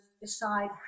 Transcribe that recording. decide